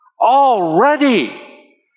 Already